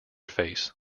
face